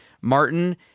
Martin